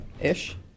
ish